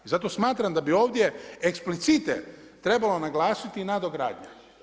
I zato smatram da bi ovdje eksplicite trebalo naglasiti nadogradnja.